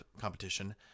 competition